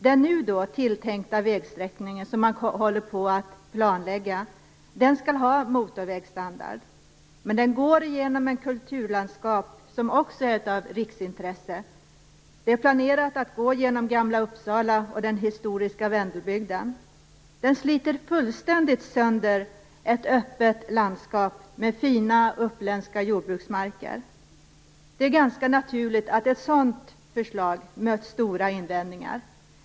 Den nu tilltänkta vägsträckningen, som man håller på att planlägga, skall ha motorvägsstandard. Men den går genom ett kulturlandskap, som också är av riksintresse. Det är planerat att den skall gå genom Den sliter fullständigt sönder ett öppet landskap med fina uppländska jordbruksmarker. Det är ganska naturligt att ett sådant förslag har mött stora invändningar.